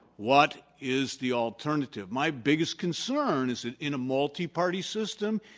what is the alternative? my biggest concern is that in a multiparty system,